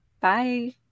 Bye